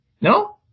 No